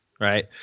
right